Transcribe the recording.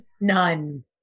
none